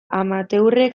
amateurrek